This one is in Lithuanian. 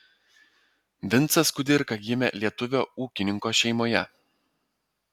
vincas kudirka gimė lietuvio ūkininko šeimoje